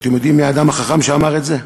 אתם יודעים מי האדם החכם שאמר את זה?